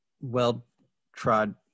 well-trod